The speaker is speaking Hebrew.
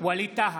ווליד טאהא,